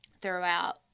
throughout